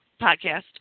podcast